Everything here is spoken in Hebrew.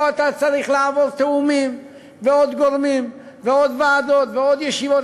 פה אתה צריך לעבור תיאומים ועוד גורמים ועוד ועדות ועוד ישיבות,